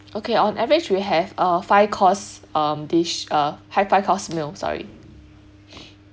okay on average we have uh five course um dish uh high five course meal sorry